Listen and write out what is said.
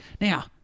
now